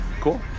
Cool